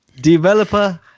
Developer